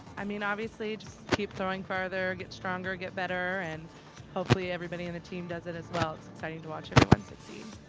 i mean, obviously just keep throwing further, get stronger, get better, and hopefully everybody in the team does it as well, exciting to watch everyone succeed.